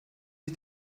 ich